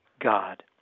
God